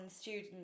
student